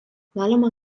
galima